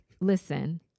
Listen